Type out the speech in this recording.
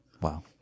Wow